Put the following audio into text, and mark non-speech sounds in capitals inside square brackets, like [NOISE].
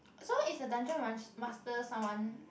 so the dungeon [NOISE] master someone